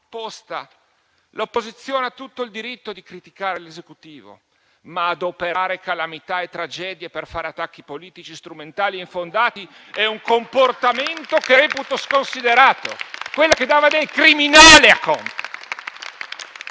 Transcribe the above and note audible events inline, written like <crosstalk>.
«L'opposizione ha tutto il diritto di criticare l'Esecutivo, ma adoperare calamità e tragedie per fare attacchi politici strumentali e infondati è un comportamento che reputo sconsiderato». <applause> Lo dice quella che dava del criminale a Conte.